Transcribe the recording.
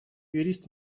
юрист